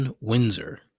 Windsor